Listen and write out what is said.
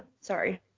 Sorry